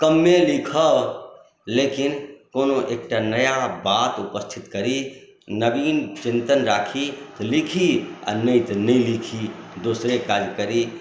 कमे लिखब लेकिन कोनो एकटा नया बात उपस्थित करी नवीन चिन्तन राखी लिखी आ नहि तऽ नहि लिखी दोसरे काज करी